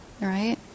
Right